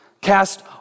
Cast